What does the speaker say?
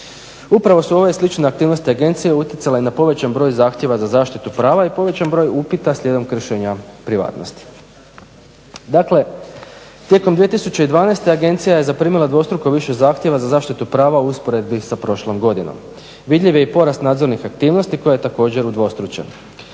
Upravo su ove slične aktivnosti agencije utjecale na povećan broj zahtjeva za zaštitu prava i povećan broj upita slijedom kršenja privatnosti. Dakle, tijekom 2012. agencija je zaprimila dvostruko više zahtjeva za zaštitu prava u usporedbi sa prošlom godinom, vidljiv je i porast nadzornih aktivnosti koji je također udvostručen.